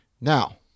Now